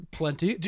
plenty